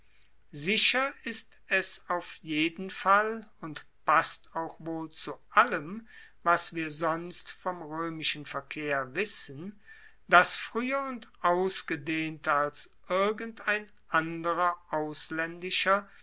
sicher ist es auf jeden fall und passt auch wohl zu allem was wir sonst vom roemischen verkehr wissen dass frueher und ausgedehnter als irgendein anderer auslaendischer